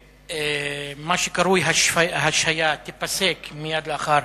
שמה שקרוי השעיה ייפסק מייד לאחר